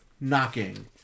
knocking